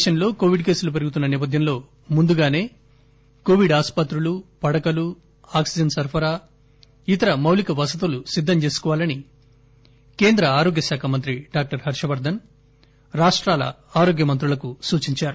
దేశంలో కోవిడ్ కేసులు పెరుగుతున్న నేపథ్యంలో ముందుగానే కోవిడ్ ఆసుపత్రులు పడకలు ఆక్సిజన్ సరఫరా ఇతర మౌలిక వసతులు సిద్దం చేసుకోవాలని కేంద్ర ఆరోగ్య శాఖ మంత్రి డాక్టర్ హర్ష వర్దస్ రాష్టాల ఆరోగ్య మంత్రులకు సూచించారు